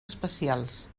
especials